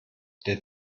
der